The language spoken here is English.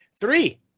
Three